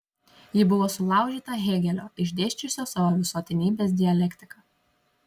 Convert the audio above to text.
ji buvo sulaužyta hėgelio išdėsčiusio savo visuotinybės dialektiką